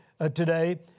today